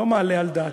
לא מעלה על דעתי.